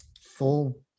full